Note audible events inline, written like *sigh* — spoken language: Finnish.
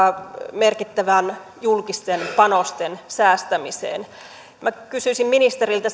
merkittävään julkisten panosten säästämiseen minä kysyisin ministeriltä *unintelligible*